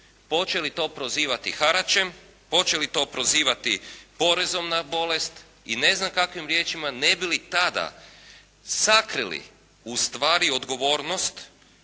počeli to prozivati haračem, počeli to prozivati porezom na bolest i ne znam kakvim riječima ne bi li tada sakrili, ustvari odgovornost